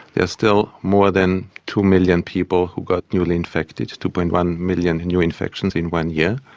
there are still more than two million people who got newly infected, two. but and one million and new infections in one year.